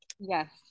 Yes